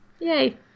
Yay